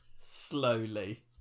Slowly